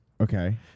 Okay